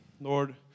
Lord